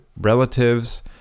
relatives